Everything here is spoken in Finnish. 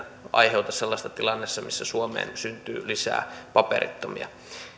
aiheuta sellaista tilannetta missä suomeen syntyy lisää paperittomia